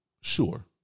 sure